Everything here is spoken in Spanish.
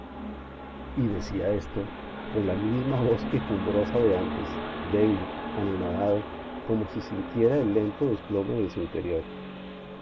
y decía esto con la misma voz